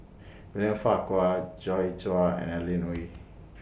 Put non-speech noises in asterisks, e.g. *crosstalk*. William Farquhar Joi Chua and Adeline Ooi *noise*